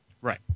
Right